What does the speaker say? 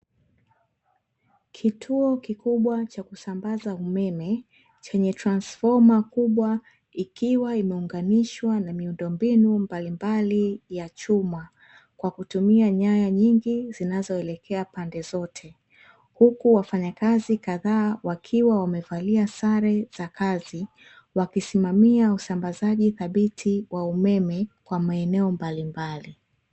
Kituo kikubwa cha kusambaza umeme, chenye transfoma kubwa ikiwa imeunganishwa na miundombinu mbalimbali ya chuma, kwa kutumia nyaya nyingi zinazoelekea pande zote, huku wafanyakazi kadhaa wakiwa wamevalia sare za kazi, wakisimamia usambazaji thabiti wa umeme kwa maeneo mbalimbali.